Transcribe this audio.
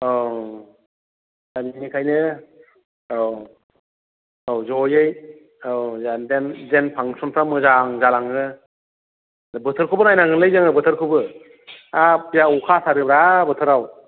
औ दा बिनिखायनो औ औ जयै औ जेन फांसनफ्रा मोजां जालाङो बोथोरखौबो नायनांगोनलै जोङो बोथोरखौ हाब बेयाव अखा हाथारोब्रा बोथोराव